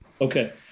Okay